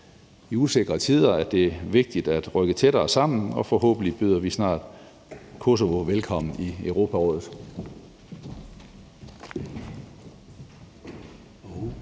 I usikre tider er det vigtigt at rykke tættere sammen, og forhåbentlig byder vi snart Kosovo velkommen i Europarådet.